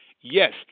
Yes